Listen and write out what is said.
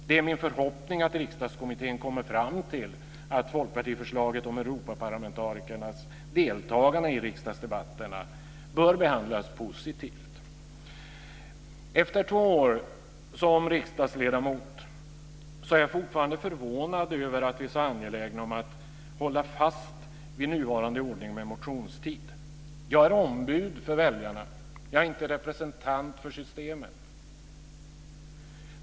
Det är min förhoppning att Riksdagskommittén kommer fram till att folkpartiförslaget om Europaparlamentarikernas deltagande i riksdagsdebatterna bör behandlas positivt. Efter två år som riksdagsledamot är jag fortfarande förvånad över att vi är så angelägna om att hålla fast vid den nuvarande ordningen med motionstid. Jag är ombud för väljarna. Jag är inte representant för systemet.